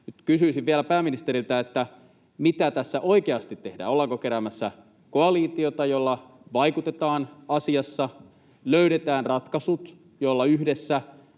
Nyt kysyisin vielä pääministeriltä, mitä tässä oikeasti tehdään. Ollaanko keräämässä koalitiota, jolla vaikutetaan asiassa, löydetään ratkaisut, joilla yhdessä